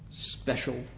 special